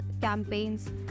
campaigns